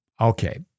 okay